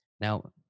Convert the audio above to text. Now